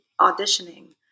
auditioning